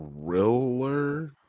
thriller